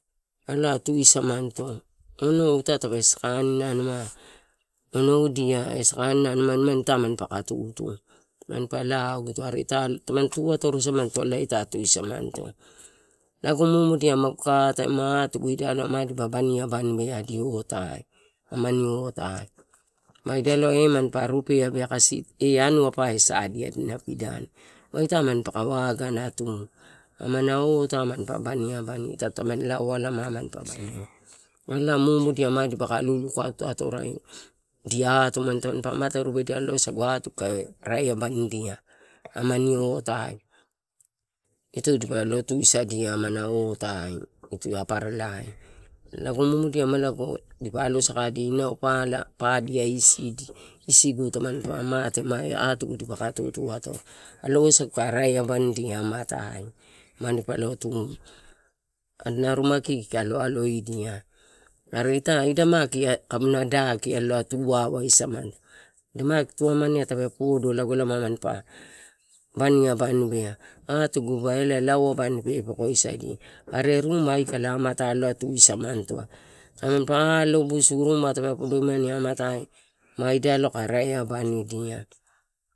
Ala tuisamanta, onou ita tape sakanina, nima eloudia sakanina aniani manpa lao gito ma ita manpa ka tutu, are ita tamani tu atoro samanito lago mumudia magu kae atae ma atugu dipa baniabanibea adi otai, aman otai ma idai ia eh manpa rupe abea kasi ena padani anua pae sadia, ita manpa wagana tu, amana otai manpa baniabani. Ita tamani lao alamai manpa bani alai munudia dipa ka lu-lukautoraidia, tampa mate, rupe dia kae rae abanidia amani otai. Itoi dipole tusadia amana otai, aparalai. Lago mumudia, ma lago, dipa alo sakadia inau, padia isidia, tampa mate, eh ma atugu dipa ka tutu atoro, kae rae abanidia amatai manipa lo, tu adina ruma kiki mampalon aloidia are ita ida maki kabuna daki elae tuavaisamanito, maki tuamani ai tape podo, manpa lao abanibea, atugu ba lao abani pepekoiosadia, are ruma aikala alae tu samanito tampa alo busu ruma tape podo imani matai ma ida ia kae rae abanidia.